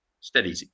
steady